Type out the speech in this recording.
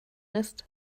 ist